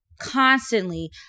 constantly